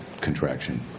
contraction